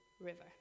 river